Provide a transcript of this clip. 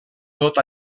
tot